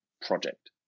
project